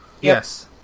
Yes